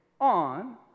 on